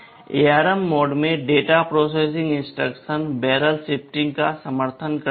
ARM mode में data processing instruction barrel shifting का समर्थन करता है